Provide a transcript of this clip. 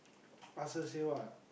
faster say what